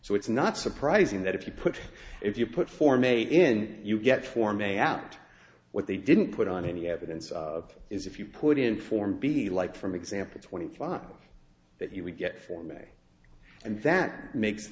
so it's not surprising that if you put if you put form a n you get form a out what they didn't put on any evidence of is if you put in form be like from example twenty five that you would get for me and that makes